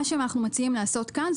מה שאנחנו מציעים לעשות כאן,